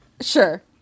Sure